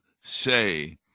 say